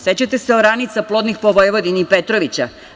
Sećate se oranica plodnih po Vojvodini i Petrovića?